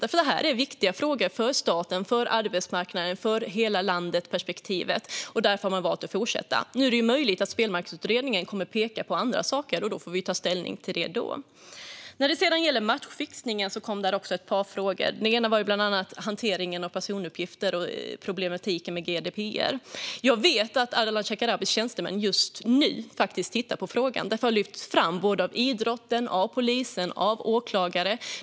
Detta är nämligen viktiga frågor för staten, för arbetsmarknaden och för hela landet. Därför har man valt att fortsätta. Det är möjligt att Spelmarknadsutredningen kommer att peka på andra saker. Då får vi ta ställning till det. Det kom också ett par frågor om matchfixning. En gällde hanteringen av personuppgifter och problematiken med GDPR. Jag vet att Ardalan Shekarabis tjänstemän just nu tittar på frågan. Detta har nämligen lyfts fram av idrotten, polisen och åklagare.